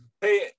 Hey